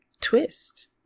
twist